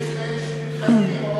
יש כאלה שמתחתנים,